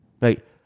right